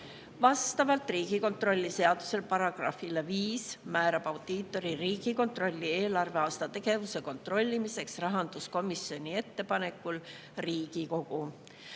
Vastavalt Riigikontrolli seaduse §-le 5 määrab audiitori Riigikontrolli eelarveaasta tegevuse kontrollimiseks rahanduskomisjoni ettepanekul Riigikogu.